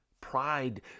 Pride